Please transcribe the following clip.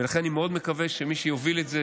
לכן אני מאוד מקווה שמי שיוביל את זה,